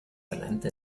erlernte